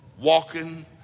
walking